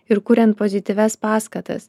ir kuriant pozityvias paskatas